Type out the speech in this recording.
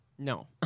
No